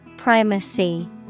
Primacy